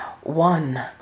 one